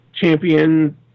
champion